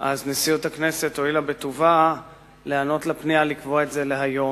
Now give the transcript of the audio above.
נשיאות הכנסת הואילה בטובה להיענות לפנייה לקבוע את זה להיום.